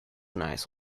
nice